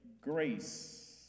grace